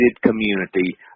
community